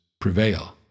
prevail